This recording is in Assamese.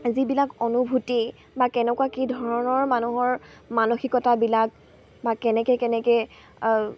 যিবিলাক অনুভূতি বা কেনেকুৱা কি ধৰণৰ মানুহৰ মানসিকতাবিলাক বা কেনেকে কেনেকে